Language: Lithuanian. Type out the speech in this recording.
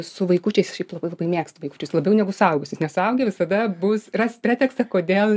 su vaikučiais šiaip labai labai mėgstu vaikučius labiau negu suaugusius nes suaugę visada bus ras pretekstą kodėl